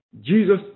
Jesus